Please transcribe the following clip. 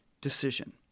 decision